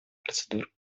процедур